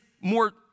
more